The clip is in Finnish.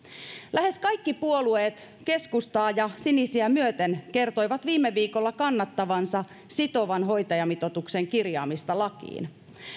lähes kaikki puolueet keskustaa ja sinisiä myöten kertoivat viime viikolla kannattavansa sitovan hoitajamitoituksen kirjaamista lakiin